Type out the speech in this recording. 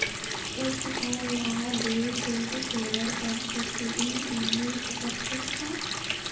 एक किसान ल दुई सेट सोलर पम्प सब्सिडी मे मिल सकत हे का?